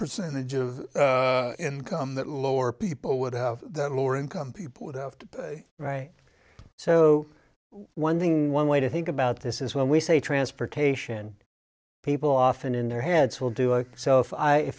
percentage of income that lower people would have that lower income people would have to pay right so one thing one way to think about this is when we say transportation people often in their heads will do like self i if